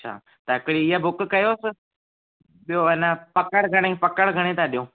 अच्छा त हिकिड़ी ईअं बुक कयोसि ॿियो ए न पकड़ु घणें पकड़ु घणें था ॾियो